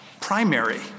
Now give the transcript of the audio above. primary